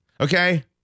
Okay